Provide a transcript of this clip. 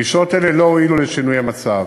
פגישות אלו לא הועילו לשינוי המצב.